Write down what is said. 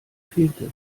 fehlte